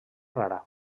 rara